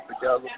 together